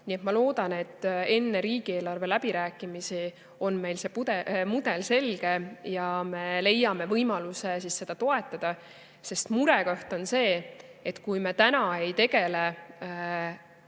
Nii et ma loodan, et enne riigieelarve läbirääkimisi on meil see mudel selge ja me leiame võimaluse seda toetada. Murekoht on see, et kui me täna ei tegele